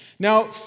Now